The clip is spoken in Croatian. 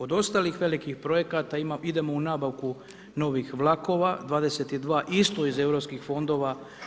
Od ostalih velikih projekata idemo u nabavku novih vlakova, 22, isto iz Europskih fondova.